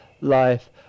life